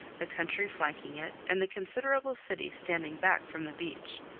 the country flanking it and the considerable city standing back from the beach.